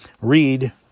read